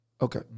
okay